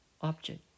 object